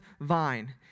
vine